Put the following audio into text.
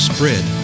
Spread